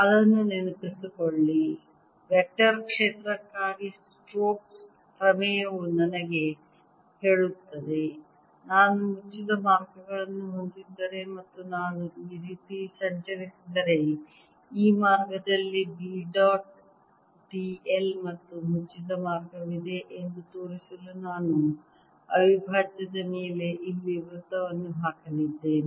ಅದನ್ನು ನೆನಪಿಸಿಕೊಳ್ಳಿ ವೆಕ್ಟರ್ ಕ್ಷೇತ್ರಕ್ಕಾಗಿ ಸ್ಟೋಕ್ಸ್ ಪ್ರಮೇಯವು ನನಗೆ ಹೇಳುತ್ತದೆ ನಾನು ಮುಚ್ಚಿದ ಮಾರ್ಗವನ್ನು ಹೊಂದಿದ್ದರೆ ಮತ್ತು ನಾನು ಈ ರೀತಿ ಸಂಚರಿಸಿದರೆ ಈ ಮಾರ್ಗದಲ್ಲಿ B ಡಾಟ್ d l ಮತ್ತು ಮುಚ್ಚಿದ ಮಾರ್ಗವಿದೆ ಎಂದು ತೋರಿಸಲು ನಾನು ಅವಿಭಾಜ್ಯದ ಮೇಲೆ ಇಲ್ಲಿ ವೃತ್ತವನ್ನು ಹಾಕಲಿದ್ದೇನೆ